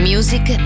Music